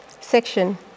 section